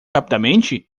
rapidamente